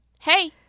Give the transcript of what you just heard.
hey